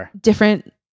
different